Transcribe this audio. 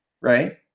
right